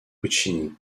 puccini